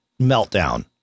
meltdown